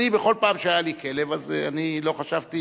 אני, בכל פעם שהיה לי כלב, אז אני לא חשבתי